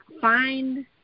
find